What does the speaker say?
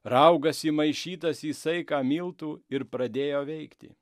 raugas įmaišytas į saiką miltų ir pradėjo veikti